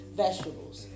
vegetables